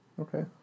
Okay